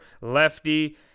lefty